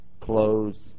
clothes